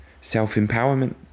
self-empowerment